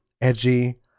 edgy